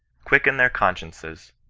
quicken their consciences,